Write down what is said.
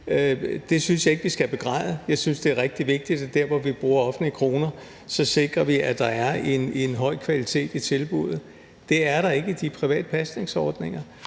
Det synes jeg ikke vi skal begræde. Jeg synes, det er rigtig vigtigt, at vi der, hvor vi bruger offentlige kroner, sikrer, at der er en høj kvalitet i tilbuddet. Det er der ikke i de private pasningsordninger,